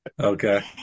Okay